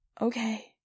Okay